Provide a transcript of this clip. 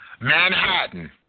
Manhattan